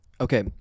Okay